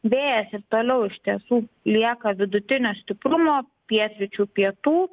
vėjas ir toliau iš tiesų lieka vidutinio stiprumo pietryčių pietų